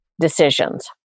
decisions